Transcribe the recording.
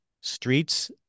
streets